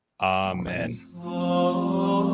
Amen